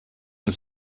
ist